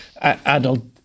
adult